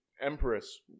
empress